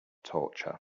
torture